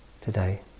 today